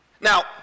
Now